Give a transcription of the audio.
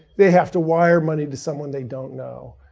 they have to wire money to someone they don't know.